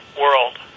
world